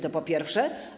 To po pierwsze.